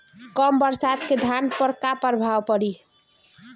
कम बरसात के धान पर का प्रभाव पड़ी?